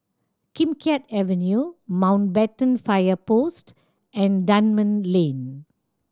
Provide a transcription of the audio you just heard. Kim Keat Avenue Mountbatten Fire Post and Dunman Lane